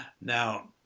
Now